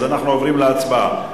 אנחנו עוברים להצבעה.